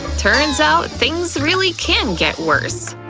turns out things really can get worse!